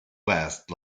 west